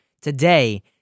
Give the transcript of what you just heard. today